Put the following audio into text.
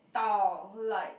style like